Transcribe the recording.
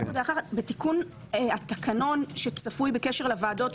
עוד הערה אחת: בתיקון התקנון שצפוי בקשר לוועדות,